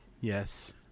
Yes